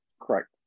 Correct